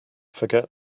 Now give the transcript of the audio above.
forget